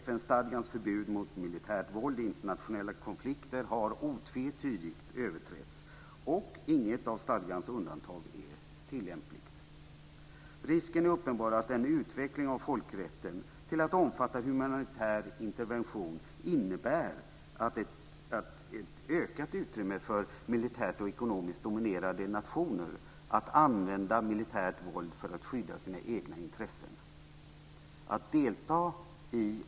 FN-stadgans förbud mot militärt våld i internationella konflikter har otvetydigt överträtts, och inget av stadgans undantag är tillämpligt. Risken är uppenbar att en utveckling av folkrätten till att omfatta "humanitär intervention" innebär ett ökat utrymme för militärt och ekonomiskt dominerande nationer att använda militärt våld för att skydda sina egna intressen.